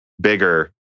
bigger